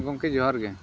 ᱜᱚᱝᱠᱮ ᱡᱚᱦᱟᱨᱜᱮ